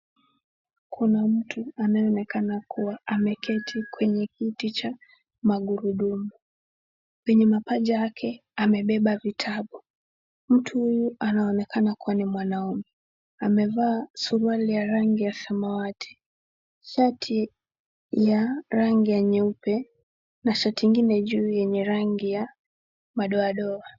Kuna mtu anayeonekana kuwa ameketi kwenye kiti cha, magurudumu, penye mapaja yake amebeba vitabu, mtu huyu anaonekana kuwa ni mwanaume, amevaa suruali ya rangi ya samawati, shati ya rangi ya nyeupe, na shati ngine juu yenye rangi ya, madoa doa.